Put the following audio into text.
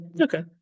okay